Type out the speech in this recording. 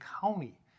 County